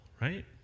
right